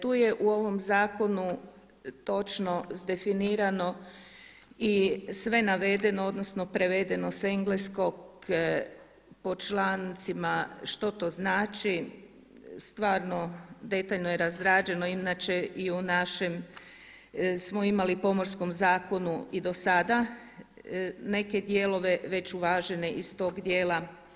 Tu je u ovom zakonu točno izdefinirano i sve navedeno, odnosno prevedeno s engleskog po člancima što to znači, stvarno detaljno je razrađeno inače i u našem smo imali Pomorskom zakonu i do sada neke dijelove već uvažene iz tog dijela.